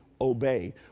obey